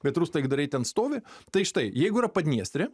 bet rusų taikdariai ten stovi tai štai jeigu yra padniestrė